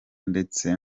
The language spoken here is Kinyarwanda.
ndetse